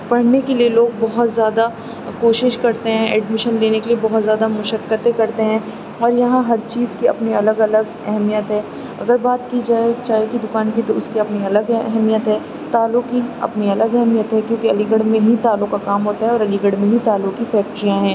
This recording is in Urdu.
پڑھنے کے لیے لوگ بہت زیادہ کوشش کرتے ہیں ایڈمیشن لینے کے لیے بہت زیادہ مشقتیں کرتے ہیں اور یہاں ہر چیز کی اپنی الگ الگ اہمیت ہے اگر بات کی جائے چائے کی دکان کی تو اس کی اپنی الگ اہمیت ہے تالوں کی اپنی الگ اہمیت ہے کیونکہ علی گڑھ میں ہی تالوں کا کام ہوتا ہے اور علی گڑھ میں ہی تالوں کی فیکٹریاں ہیں